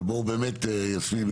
ויסמין,